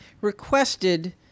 requested